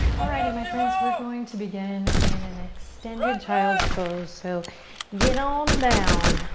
alrighty, my friends, we're going to begin in an extended child's pose, so get on down.